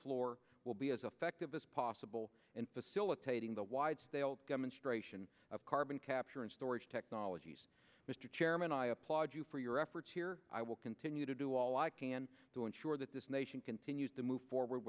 floor will be as effective as possible in facilitating the wide demonstration of carbon capture and storage technologies mr chairman i applaud you for your efforts here i will continue to do all i can to ensure that this nation continues to move forward